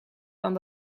van